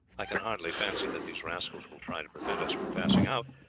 i can hardly fancy that these rascals will try to prevent us from passing out,